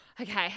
okay